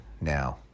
now